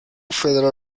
federal